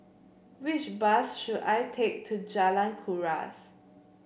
which bus should I take to Jalan Kuras